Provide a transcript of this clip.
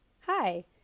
hi